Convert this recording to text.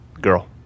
Girl